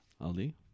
Ali